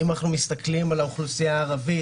אם אנחנו מסתכלים על האוכלוסייה הערבית,